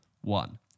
one